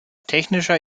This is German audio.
technischer